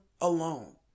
alone